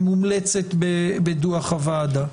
שמומלצת בדוח הוועדה.